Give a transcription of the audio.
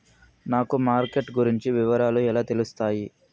నాకు మార్కెట్ గురించి వివరాలు ఎలా తెలుస్తాయి?